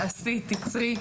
תעשי תיצרי,